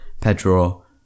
Pedro